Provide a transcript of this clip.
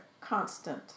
constant